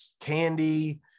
candy